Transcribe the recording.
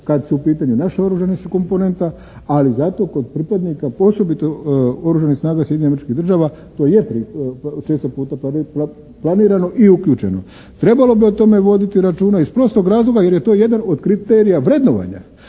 kada je u pitanju naša oružana komponenta, ali zato kod pripadnika osobito Oružanih snaga Sjedinjenih Američkih Država to je često puta planirano i uključeno. Trebalo bi o tome voditi računa iz prostog razloga jer je to jedan od kriterija vrednovanja